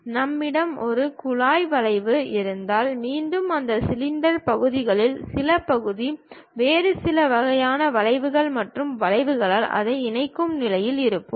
நம்மிடம் ஒரு குழாய் வளைவு இருந்தால் மீண்டும் அந்த சிலிண்டர் பகுதிகளின் சில பகுதி வேறு சில வகையான வளைவுகள் மற்றும் வளைவுகளால் அதை இணைக்கும் நிலையில் இருப்போம்